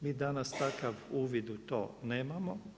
Mi danas takav uvid u to nemamo.